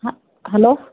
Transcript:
ಹಾಂ ಹಲೋ